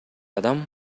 адам